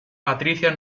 patricia